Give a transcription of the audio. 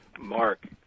Mark